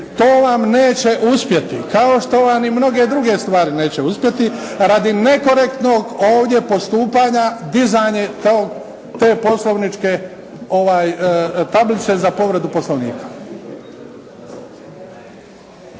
to vam neće uspjeti. Kao što vam i neke druge stvari neće uspjeti, radi nekorektnog ovdje postupanja, dizanje te poslovničke tablice za povredu Poslovnika.